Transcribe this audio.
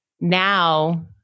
now